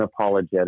unapologetic